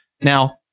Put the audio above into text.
Now